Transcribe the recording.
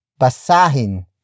basahin